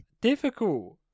difficult